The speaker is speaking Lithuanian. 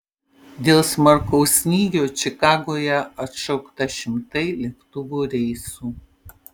dėl smarkaus snygio čikagoje atšaukta šimtai lėktuvų reisų